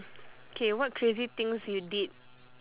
K what crazy things you did